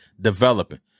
developing